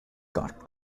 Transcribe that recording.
got